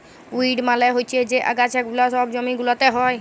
weed মালে হচ্যে যে আগাছা গুলা সব জমি গুলাতে হ্যয়